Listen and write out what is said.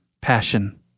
passion